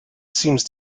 seems